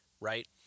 right